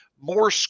more